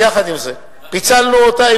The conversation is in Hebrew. יחד עם זאת, הצלנו אותה.